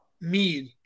Mead